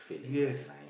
yes